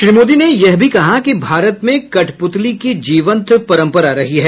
श्री मोदी ने यह भी कहा कि भारत में कठपुतली की जीवंत परंपरा रही है